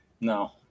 No